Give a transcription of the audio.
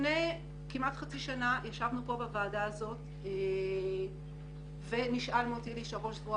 לפני כמעט חצי שנה ישבנו בוועדה הזו ונשאל מוטי אלישע ראש זרוע